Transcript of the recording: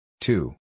two